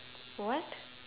what